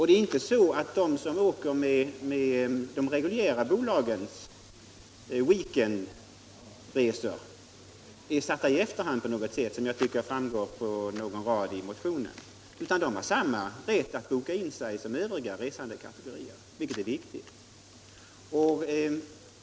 Det är inte så, att de som åker med de reguljära bolagens weekendresor är satta i efterhand på något sätt — jag tycker man får den uppfattningen av någon rad i motionen — utan de har samma rätt att boka in sig som övriga resandekategorier. Detta är viktigt.